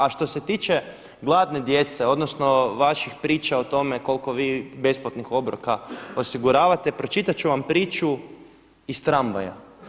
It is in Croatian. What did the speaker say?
A što se tiče gladne djece, odnosno vaših priča o tome koliko vi besplatnih obroka osiguravate pročitat ću vam priču iz tramvaja.